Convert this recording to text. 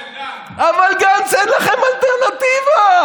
אבל גנץ, אין לכם אלטרנטיבה.